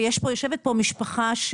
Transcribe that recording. ויושבת פה משפחה,